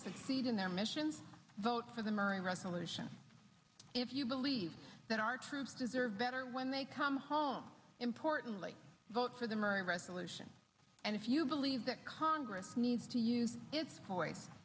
succeed in their mission vote for them or a resolution if you believe that our troops deserve better when they come home importantly vote for them or a resolution and if you believe that congress needs to use his voice